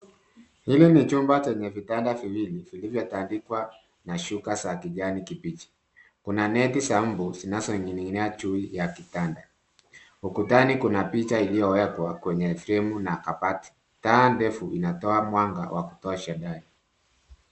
Hili ni chumba chenye vitanda viwili vilivyotandikwa na shuka za kijani kibichi. Kuna neti za mbu zinazoning'inia juu ya kitanda. Ukutani kuna picha iliyowekwa kwenye fremu na kabati. Taa mrefu inatoa mwanga wa kutosha ndani.